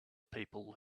people